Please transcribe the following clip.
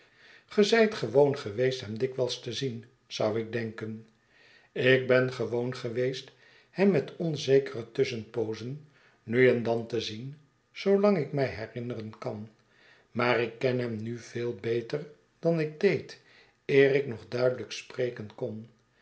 zijt gewoon geweest hem dikwijls te zien zou ik denken ik ben gewoon geweest hem met onzekere tusschenpoozen nu en dan te zien zoolang ik mij herinneren kan maar ik ken hem nu veel beter dan ik deed eer ik nog duidelijk spreken kon